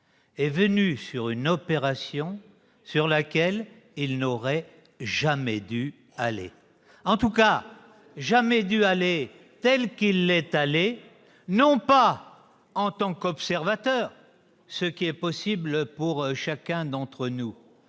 est venu sur une opération sur laquelle il n'aurait jamais dû aller, en tout cas jamais dû aller tel qu'il est allé, non pas en tant qu'observateur, ce qui est possible pour chacun d'entre nous,